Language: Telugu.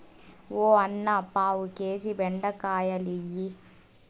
ఓ అన్నా, పావు కేజీ బెండకాయలియ్యి